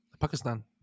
Pakistan